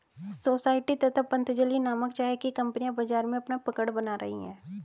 society तथा पतंजलि नामक चाय की कंपनियां बाजार में अपना पकड़ बना रही है